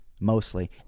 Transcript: Mostly